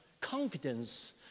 confidence